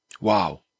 Wow